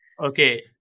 Okay